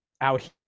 out